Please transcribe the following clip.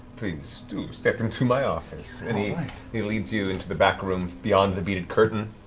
please, do step into my office. and he he leads you into the back room, beyond the beaded curtain.